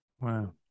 Wow